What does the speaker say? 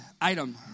item